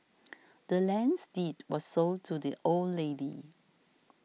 the land's deed was sold to the old lady